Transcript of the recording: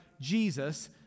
Jesus